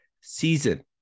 season